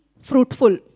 fruitful